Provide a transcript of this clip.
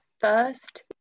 first